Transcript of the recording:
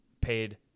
paid